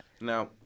Now